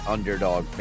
Underdog